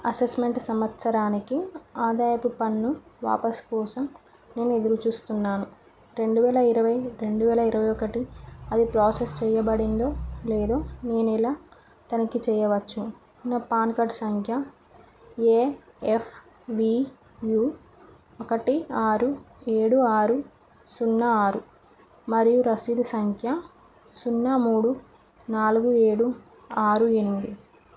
assessment సంవత్సరానికి ఆదాయపు పన్ను వాపసు కోసం నేను ఎదురుచూస్తున్నాను రెండు వేల ఇరవై రెండు వేల ఇరవై ఒకటి అది ప్రాసెస్ చెయ్యబడిందో లేదో నేనెలా తనిఖీ చెయ్యవచ్చు నా పాన్ కార్డ్ సంఖ్య ఏ ఎఫ్ వి యూ ఒకటి ఆరు ఏడు ఆరు సున్నా ఆరు మరియు రసీదు సంఖ్య సున్నా మూడు నాలుగు ఏడు ఆరు ఎనిమిది